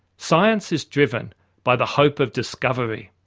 science is driven by the hope of discovery.